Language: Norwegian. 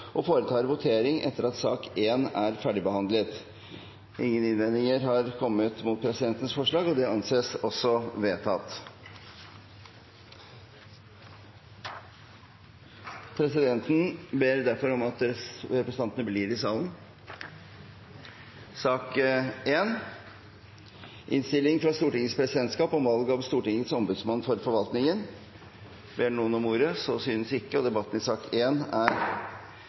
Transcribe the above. og foretar votering etter at sak nr. 1 er ferdigbehandlet. Ingen innvendinger har kommet mot presidentens forslag. – Det anses vedtatt. Presidenten ber derfor om at representantene blir i salen. Ingen har bedt om ordet. Vi går da til votering. Karin Andersen har bedt om ordet. Jeg registrerer at et forslag som ble trukket nå, behandles med en gang. Det er